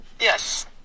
Yes